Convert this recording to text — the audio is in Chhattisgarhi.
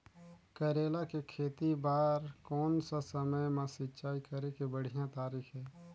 करेला के खेती बार कोन सा समय मां सिंचाई करे के बढ़िया तारीक हे?